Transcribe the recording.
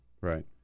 Right